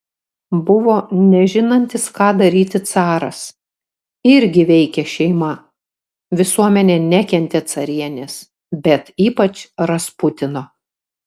buvo nežinantis ką daryti caras irgi veikė šeima visuomenė nekentė carienės bet ypač rasputino